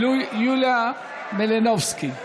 ויוליה מלינובסקי.